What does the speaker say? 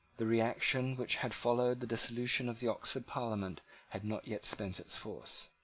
the reaction which had followed the dissolution of the oxford parliament had not yet spent its force.